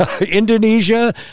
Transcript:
Indonesia